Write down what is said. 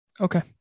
Okay